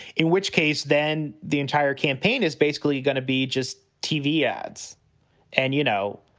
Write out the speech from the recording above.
in which case then the entire campaign is basically going to be just tv ads and, you know,